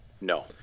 No